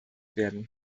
werden